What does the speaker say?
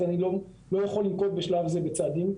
אז אני לא יכול לנקוט בשלב זה בצעדים.